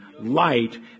light